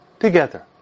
Together